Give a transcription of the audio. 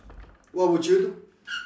what would you do